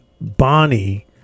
Bonnie